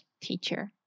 teacher